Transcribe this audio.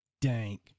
dank